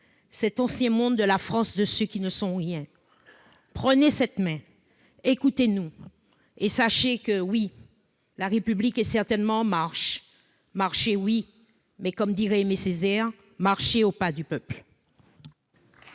cet ancien monde de la France de ceux qui ne sont rien. Prenez cette main, écoutez-nous, et sachez que, oui, la République est certainement en marche. Marcher, oui, mais, comme dirait Aimé Césaire, marcher au pas du peuple